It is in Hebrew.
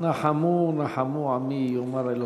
"נחמו נחמו עמי יאמר אלוקיכם".